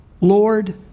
Lord